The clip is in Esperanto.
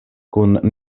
kun